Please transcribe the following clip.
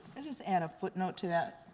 i just add a footnote to that